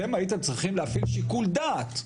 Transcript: אתם הייתם צריכים להפעיל שיקול דעת,